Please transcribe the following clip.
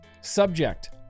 Subject